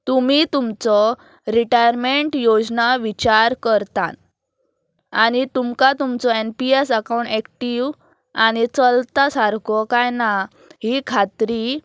तुमी तुमचो रिटायरमँट योजना विचार करतात आनी तुमकां तुमचो N P S account active आनी चलता सारको काय ना ही खात्री